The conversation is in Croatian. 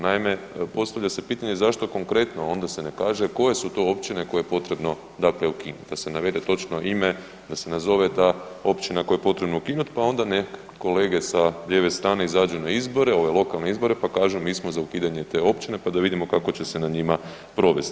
Naime, postavlja se pitanje zašto konkretno onda se ne kaže koje su to općine koje je potrebno dakle ukinut, da se navede točno ime, da se nazove ta općina koju je potrebno ukinut, pa onda nek kolege sa lijeve strane izađu na izbore, ove lokalne izbore, pa kažu mi smo za ukidanje te općine, pa da vidimo kako će se na njima provest.